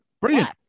Brilliant